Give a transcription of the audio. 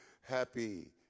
happy